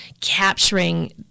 capturing